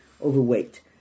overweight